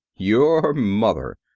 your mother,